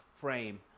frame